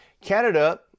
Canada